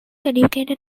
educated